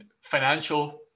financial